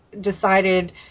decided